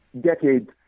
decades